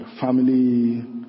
family